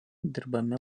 dirbami